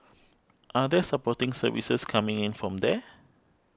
are there supporting services coming in from there